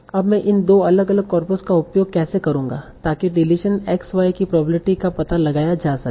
अब मैं इन 2 अलग कॉर्पस का उपयोग कैसे करूंगा ताकि डिलीशन x y की प्रोबेब्लिटी का पता लगाया जा सके